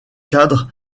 cadre